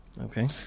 okay